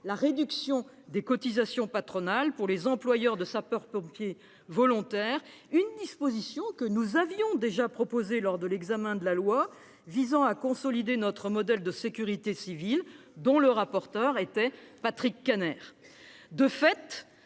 la réduction des cotisations patronales pour les employeurs de sapeurs-pompiers volontaires, une disposition que nous avions déjà proposée lors de l'examen de la proposition de loi visant à consolider notre modèle de sécurité civile, dont le rapporteur était Patrick Kanner. De fait,